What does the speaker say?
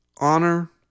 honor